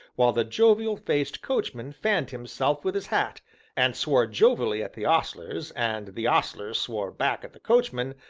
while the jovial-faced coachman fanned himself with his hat and swore jovially at the ostlers, and the ostlers swore back at the coachman,